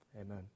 Amen